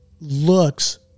looks